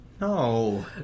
No